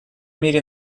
мире